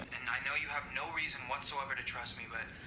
and i know you have no reason whatsoever to trust me, but